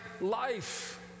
life